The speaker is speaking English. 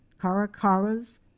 caracaras